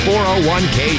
401k